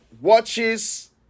watches